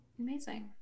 Amazing